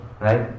right